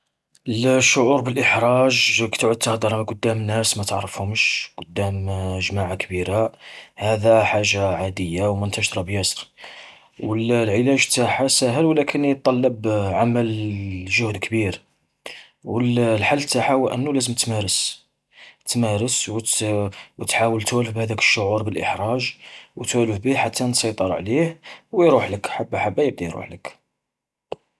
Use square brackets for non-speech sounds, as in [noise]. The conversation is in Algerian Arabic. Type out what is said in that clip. الشعور بالإحراج كتعود تهدر قدام ناس ما تعرفهمش قدام [hesitation] جماعة كبيرة، هذا حاجة عادية ومنتشرة بياسر. والعلاج تاعها ساهل ولكن يتطلب عمل [hesitation] جهد كبير، والحل تاعها هو أنو لازم تمارس، تمارس وت-تحاول توالف بهذاك الشعور بالإحراج، وتوالف به حتان تسيطر عليه ويروحلك حبا حبا يبدا يروحلك.